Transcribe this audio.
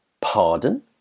pardon